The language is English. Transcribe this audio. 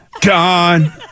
Gone